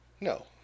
No